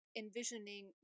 envisioning